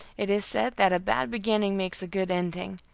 it is said that a bad beginning makes a good ending,